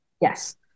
Yes